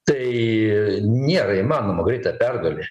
tai nėra įmanoma greita pergalė